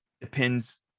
depends